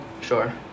Sure